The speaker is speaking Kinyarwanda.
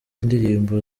indirimbo